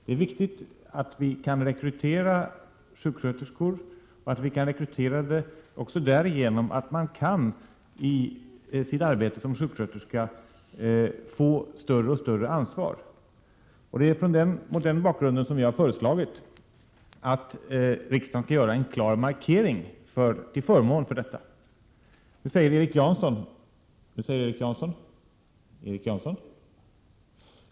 Det är viktigt att vi kan rekrytera sjuksköterskor och att vi kan rekrytera dem även därigenom att man har möjlighet att i sitt arbete som sjuksköterska få mer och mer ansvar. Det är mot denna bakgrund som vi har föreslagit att riksdagen skall göra en klar markering till förmån för en sådan här utveckling.